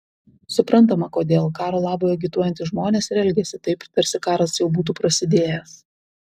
suprantama kodėl karo labui agituojantys žmonės ir elgiasi taip tarsi karas jau būtų prasidėjęs